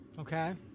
Okay